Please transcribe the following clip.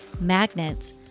magnets